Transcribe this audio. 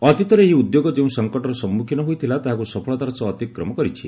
ଅତୀତରେ ଏହି ଉଦ୍ୟୋଗ ଯେଉଁ ସଙ୍କଟର ସମ୍ମୁଖୀନ ହୋଇଥିଲା ତାହାକୁ ସଫଳତାର ସହ ଅତିକ୍ରମ କରିଛି